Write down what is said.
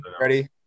Ready